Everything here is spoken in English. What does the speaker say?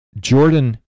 Jordan